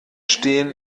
stehen